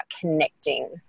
connecting